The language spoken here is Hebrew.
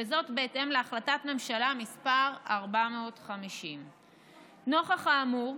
וזאת בהתאם להחלטת ממשלה מס' 450. נוכח האמור,